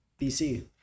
bc